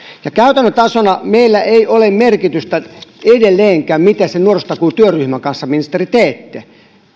käytännön tasolla meille ole merkitystä edelleenkään miten sen nuorisotakuutyöryhmän kanssa ministeri teette